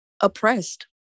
oppressed